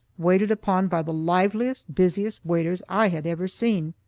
waited upon by the liveliest, busiest waiters i had ever seen